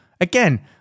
again